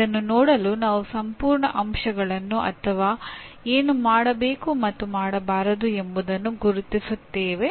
ಇದನ್ನು ನೋಡಲು ನಾವು ಸಂಪೂರ್ಣ ಅಂಶಗಳನ್ನು ಅಥವಾ ಏನು ಮಾಡಬೇಕು ಮತ್ತು ಮಾಡಬಾರದು ಎಂಬುದನ್ನು ಗುರುತಿಸುತ್ತೇವೆ